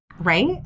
Right